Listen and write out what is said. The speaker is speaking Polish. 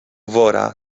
wora